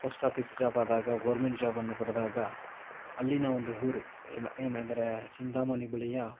post office job ಆದಾಗ government ಜಾಬನ್ನು ಪಡೆದಾಗ ಅಲ್ಲಿನ ಒಂದು ಊರು ಇದು ಏನೆಂದರೆ ಚಿಂತಾಮಣಿ ಬಳಿಯ